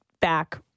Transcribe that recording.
back